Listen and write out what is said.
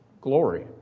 glory